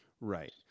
Right